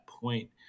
point